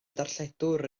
darlledwr